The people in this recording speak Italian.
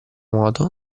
modo